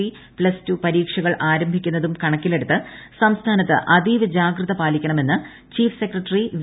C plus two പരീക്ഷകൾ ആരംഭിക്കുന്നതും കണക്കിലെടുത്ത് സംസ്ഥാനത്ത് അതീവ ജാഗ്രത പാലിക്കണമെന്ന് ചീഫ് സെക്രട്ടറി വി